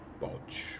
bodge